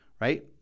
Right